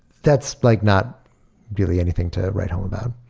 that's like not really anything to write home about.